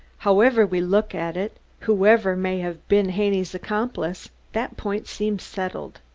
however we look at it, whoever may have been haney's accomplice, that point seems settled.